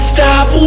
Stop